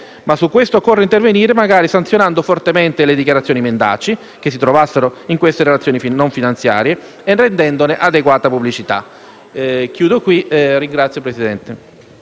ma su questo occorre intervenire, magari sanzionando fortemente le dichiarazioni mendaci che si trovassero in queste relazioni non-finanziarie e rendendone adeguata pubblicità. PRESIDENTE. È iscritta